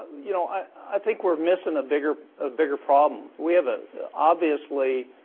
you know i i think we're missing a bigger a bigger problem we have a obviously